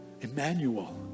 Emmanuel